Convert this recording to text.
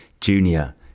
Junior